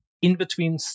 in-between